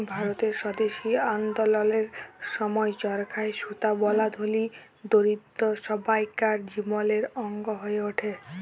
ভারতের স্বদেশী আল্দললের সময় চরখায় সুতা বলা ধলি, দরিদ্দ সব্বাইকার জীবলের অংগ হঁয়ে উঠে